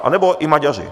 Nebo i Maďaři.